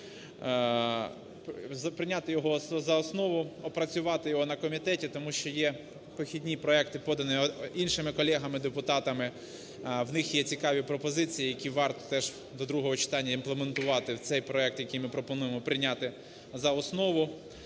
прийняти його за основу, опрацювати його на комітеті, тому що є похідні проекти, подані іншими колегами депутатами. В них є цікаві пропозиції, які варто теж до другого читанняімплементувати в цей проект, який ми пропонуємо прийняти за основу.